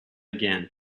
again